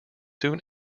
soon